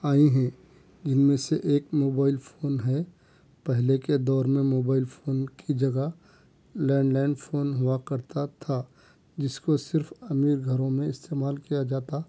آئی ہیں جن میں سے ایک موبائل فون ہے پہلے کے دور میں موبائل فون کی جگہ لینڈ لائن فون ہُوا کرتا تھا جس کو صرف امیر گھروں میں استعمال کیا جاتا